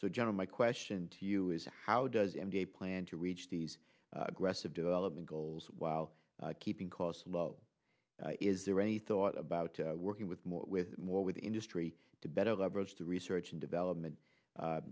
so general my question to you is how does m d a plan to reach these aggressive development goals while keeping costs low is there any thought about working with with more with the industry to better leverage the research and development